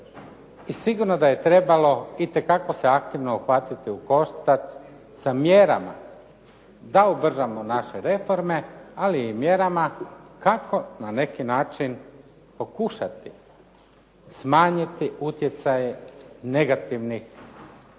sigurno da je trebalo itekako se aktivno uhvatiti u koštac sa mjerama da ubrzamo naše reforme ali i mjerama kako na neki način pokušati smanjiti utjecaje negativnih djelovanja